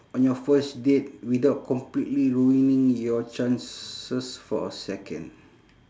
on your first date without completely ruining your chances for a second